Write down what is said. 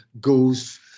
goes